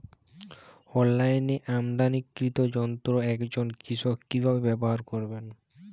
অনলাইনে আমদানীকৃত যন্ত্র একজন কৃষক কিভাবে ব্যবহার করবেন?